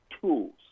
tools